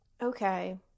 okay